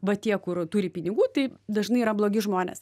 va tie kur turi pinigų tai dažnai yra blogi žmonės